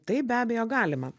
taip be abejo galima